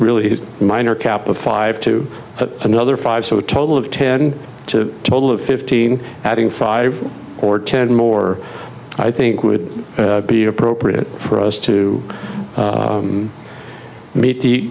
really minor cap of five to another five so a total of ten to total of fifteen adding five or tend more i think would be appropriate for us to meet the